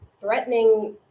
threatening